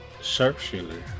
sharpshooter